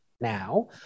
now